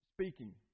speaking